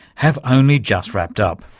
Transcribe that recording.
have only just wrapped up.